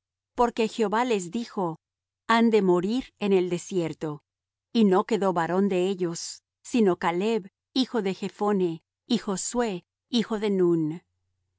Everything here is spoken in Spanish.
porque jehová les dijo han de morir en el desierto y no quedó varón de ellos sino caleb hijo de jephone y josué hijo